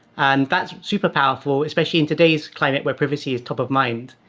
and that's super powerful, especially in today's climate where privacy is top of mind.